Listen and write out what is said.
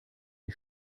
die